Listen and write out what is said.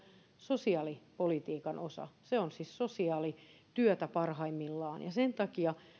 sosiaalipolitiikan osa se on siis sosiaalityötä parhaimmillaan ja sen takia